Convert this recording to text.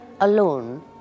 alone